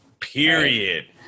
Period